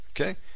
Okay